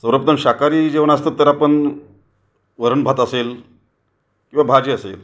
सर्वप्रथम शाकाहारी जेवण असतात तर आपण वरणभात असेल किंवा भाजी असेल